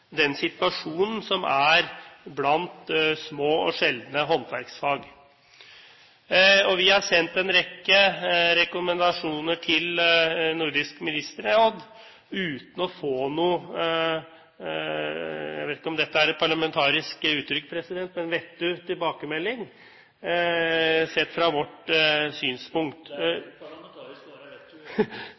den situasjonen som er blant små og sjeldne håndverksfag. Vi har en sendt en rekke rekommandasjoner til Nordisk Ministerråd uten å få noen – jeg vet ikke om dette er et parlamentarisk uttrykk, president – vettug tilbakemelding, sett fra vårt ståsted. Jo, det er helt parlamentarisk